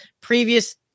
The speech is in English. previous